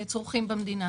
לקנות.